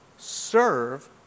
serve